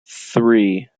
three